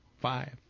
Five